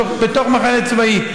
בתוך מחנה צבאי,